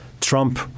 Trump